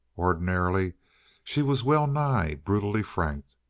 ordinarily she was well-nigh brutally frank.